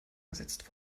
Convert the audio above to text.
ersetzt